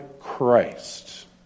Christ